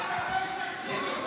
תקציב